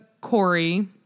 Corey